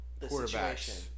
quarterbacks